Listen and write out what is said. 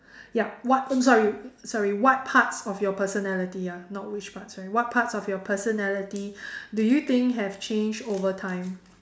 yup what oh sorry sorry what parts of your personality ah not which part sorry what parts of your personality do you think have changed over time